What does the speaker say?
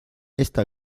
esta